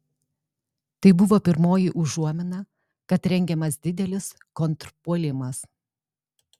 tai buvo pirmoji užuomina kad rengiamas didelis kontrpuolimas